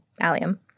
allium